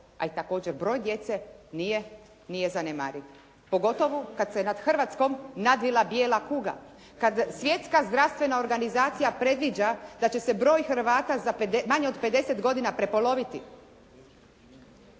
ali također i broj djece nije zanemariv, pogotovo kad se nad Hrvatskom nadvila bijela kuga, kad Svjetska zdravstvena organizacija predviđa da će se broj Hrvata za manje od 50 godina prepoloviti.